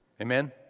Amen